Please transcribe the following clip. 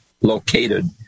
located